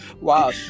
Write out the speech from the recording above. Wow